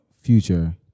future